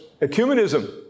ecumenism